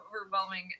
overwhelming